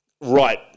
right